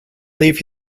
leave